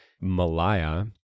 Malaya